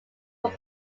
were